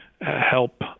help